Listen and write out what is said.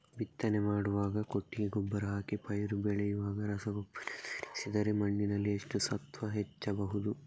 ಬಿತ್ತನೆ ಮಾಡುವಾಗ ಕೊಟ್ಟಿಗೆ ಗೊಬ್ಬರ ಹಾಕಿ ಪೈರು ಬೆಳೆಯುವಾಗ ರಸಗೊಬ್ಬರ ಸೇರಿಸಿದರೆ ಮಣ್ಣಿನಲ್ಲಿ ಎಷ್ಟು ಸತ್ವ ಹೆಚ್ಚಬಹುದು?